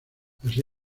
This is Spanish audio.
así